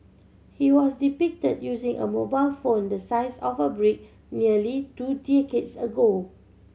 he was depicted using a mobile phone the size of a brick nearly two decades ago